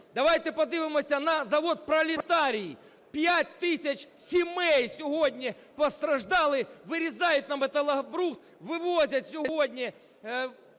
Давайте подивимося на завод "Пролетарій". 5 тисяч сімей сьогодні постраждали. Вирізають на металобрухт, вивозять сьогодні